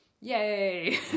Yay